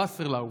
וסרלאוף.